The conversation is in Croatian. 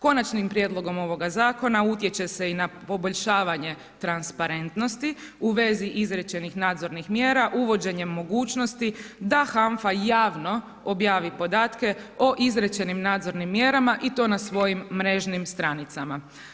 Konačnim prijedlogom ovoga Zakona utječe se i na poboljšavanje transparentnosti u vezi izrečenih nadzornih mjera uvođenjem mogućnosti da HANFA javno objavi podatke o izrečenim nadzornim mjerama i to na svojim mrežnim stranicama.